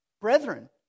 brethren